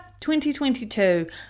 2022